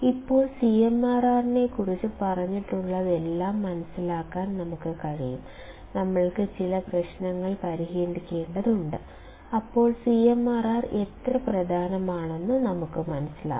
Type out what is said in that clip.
ഇപ്പോൾ CMRR നെക്കുറിച്ച് പറഞ്ഞിട്ടുള്ളതെന്തും മനസിലാക്കാൻ ഞങ്ങൾക്ക് ചില പ്രശ്നങ്ങൾ പരിഹരിക്കേണ്ടതുണ്ട് അപ്പോൾ CMRR എത്ര പ്രധാനമാണെന്ന് നമ്മൾ മനസ്സിലാക്കും